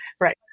right